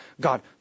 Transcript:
God